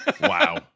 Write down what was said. Wow